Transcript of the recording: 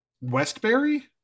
Westbury